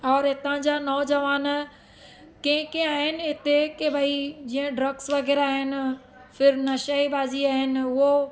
और हितां जा नौजवान कंहिं कंहिं आहिनि हिते के भाई जीअं ड्रग्स वग़ैरह आहिनि फिर नशे ई बाज़ी आहिनि उहो